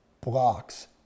blocks